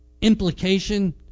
Implication